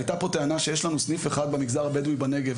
הייתה פה טענה שיש לנו סניף אחד במגזר הבדואי בנגב.